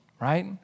Right